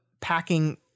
packing